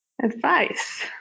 Advice